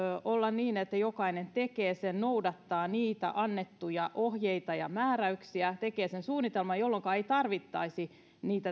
olla niin että jokainen tekee sen noudattaa niitä annettuja ohjeita ja määräyksiä tekee sen suunnitelman jolloinka ei tarvittaisi